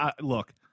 Look